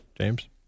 James